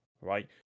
right